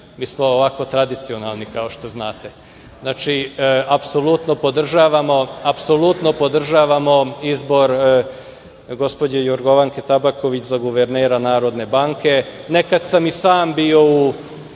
mi smo ovako tradicionalni, kao što znate. Apsolutno podržavamo izbor gospođe Jorgovanke Tabaković za guvernera Narodne banke. Nekad sam i sam bio u